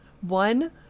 One